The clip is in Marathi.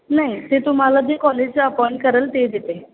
नाही ते तुम्हाला जे कॉलेज अपॉईंट करेल ते देते